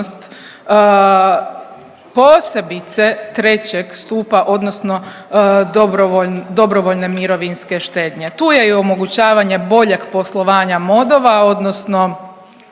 posebice III. stupa odnosno dobrovo… dobrovoljne mirovinske štednje. Tu je i omogućavanje boljeg poslovanja modova odnosno